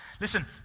Listen